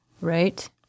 Right